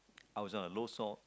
I was on a low salt